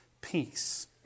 peace